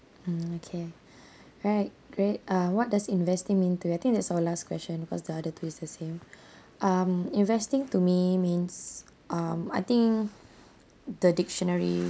mm okay right great uh what does investing mean to you I think that's our last question because the other two is the same um investing to me means um I think the dictionary